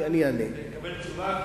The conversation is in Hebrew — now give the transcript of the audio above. תקבל תשובה.